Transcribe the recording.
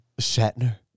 Shatner